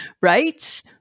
Right